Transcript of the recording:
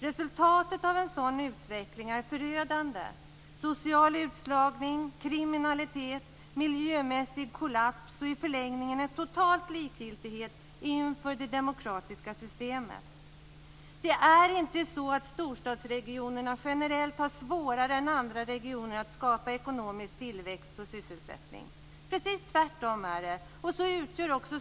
Resultatet av en sådan utveckling är förödande: social utslagning, kriminalitet, miljömässig kollaps och i förlängningen en total likgiltighet inför det demokratiska systemet. Storstadsregionerna har inte generellt svårare än andra regioner att skapa ekonomisk tillväxt och sysselsättning. Det är precis tvärtom.